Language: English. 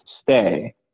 stay